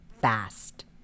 fast